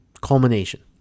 culmination